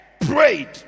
prayed